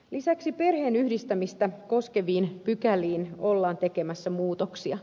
lisäksi perheenyhdistämistä koskeviin pykäliin ollaan tekemässä muutoksia